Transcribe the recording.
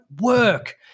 work